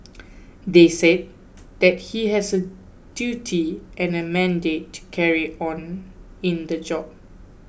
they said that he has a duty and a mandate carry on in the job